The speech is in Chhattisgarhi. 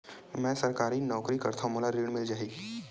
मै सरकारी नौकरी करथव मोला ऋण मिल जाही?